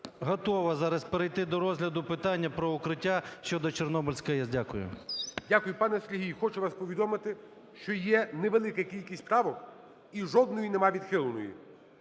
готова зараз перейти до розгляду питання про "Укриття" щодо Чорнобильської АЕС. Дякую. ГОЛОВУЮЧИЙ. Дякую. Пане Сергію, хочу вас повідомити, що є невелика кількість правок, і жодної немає відхиленої.